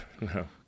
No